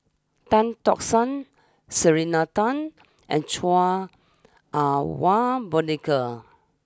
Tan Tock San Selena Tan and Chua Ah Wa Monica